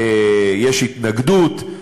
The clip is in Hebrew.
יש התנגדות,